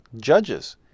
judges